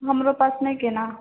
हमरो पास नइखे ने